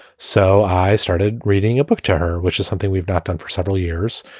so i started reading a book to her, which is something we've not done for several years.